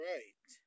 Right